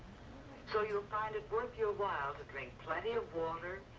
so you'll find it worth your while to drink plenty of water,